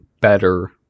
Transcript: better